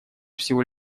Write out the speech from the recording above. всего